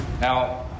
Now